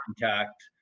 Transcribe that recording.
contact